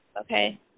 okay